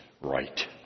right